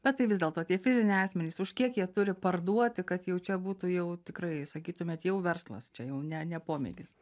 bet tai vis dėlto tie fiziniai asmenys už kiek jie turi parduoti kad jau čia būtų jau tikrai sakytumėt jau verslas čia jau ne ne pomėgis